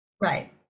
Right